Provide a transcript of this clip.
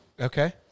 Okay